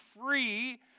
free